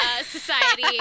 society